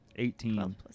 Eighteen